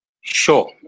Sure